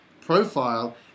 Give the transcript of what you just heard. profile